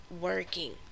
working